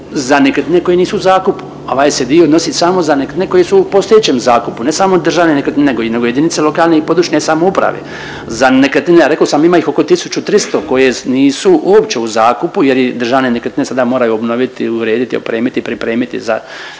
za nekretnine koje nisu u zakupu, a ovaj se dio odnosi samo za nekretnine koje su u postojećem zakupu, ne samo državne nekretnine nego i, nego i jedinice lokalne i područne samouprave. Za nekretnine, a rekao sam ima ih oko 1.300 koje nisu uopće u zakupu jer ih Državne nekretnine sada moraju obnoviti, urediti, opremiti i pripremiti